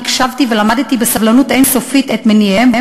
הקשבתי ולמדתי בסבלנות אין-סופית את מניעיהם